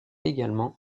également